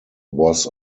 was